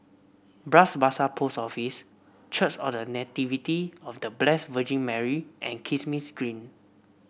Bras Basah Post Office Church of The Nativity of The Blessed Virgin Mary and Kismis Green